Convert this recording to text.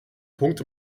punkt